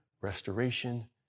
restoration